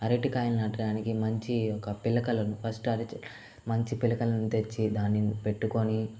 అరటికాయలు నాటడానికి మంచి యొక్క పిలకలు ఫస్ట్ మంచి పిలకలను తెచ్చి దానిని పెట్టుకొని